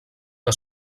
que